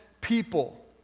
people